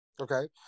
Okay